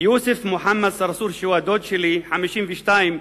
יוסף מוחמד צרצור, שהוא הדוד שלי, בן 52,